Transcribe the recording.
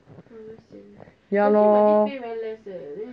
ya lor